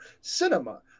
cinema